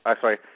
sorry